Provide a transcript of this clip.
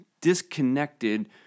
disconnected